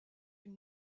une